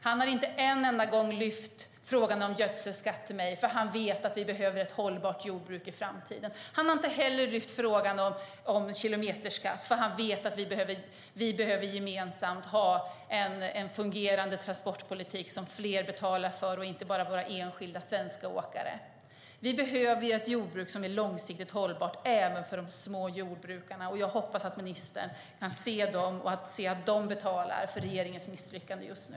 Han har inte en enda gång lyft frågan om gödselskatt till mig, för han vet att vi behöver ett hållbart jordbruk i framtiden. Han har inte heller lyft frågan om kilometerskatt, för han vet att vi gemensamt behöver ha en fungerande transportpolitik som fler betalar för och inte bara våra enskilda svenska åkare. Vi behöver ett jordbruk som är långsiktigt hållbart även för småjordbrukarna. Jag hoppas att ministern kan se att de betalar för regeringens misslyckande just nu.